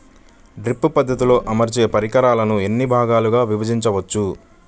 Drip పద్ధతిలో అమర్చే పరికరాలను ఎన్ని భాగాలుగా విభజించవచ్చు?